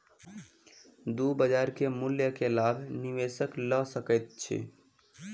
दू बजार के मूल्य के लाभ निवेशक लय सकैत अछि